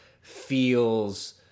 feels